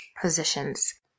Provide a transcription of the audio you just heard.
positions